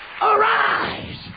arise